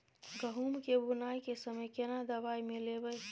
गहूम के बुनाई के समय केना दवाई मिलैबे?